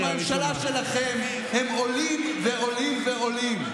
ובממשלה שלכם הם עולים ועולים ועולים,